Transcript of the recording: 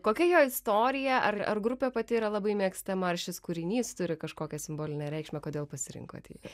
kokia jo istorija ar ar grupė pati yra labai mėgstama ar šis kūrinys turi kažkokią simbolinę reikšmę kodėl pasirinkote jį